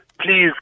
Please